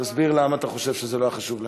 תסביר למה אתה חושב שזה לא היה חשוב להם.